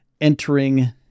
entering